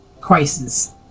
crisis